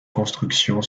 construction